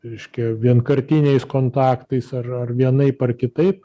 reiškia vienkartiniais kontaktais ar ar vienaip ar kitaip